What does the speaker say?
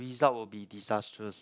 result will be disastrous